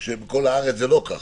בזמן שבכל הארץ זה לא ככה?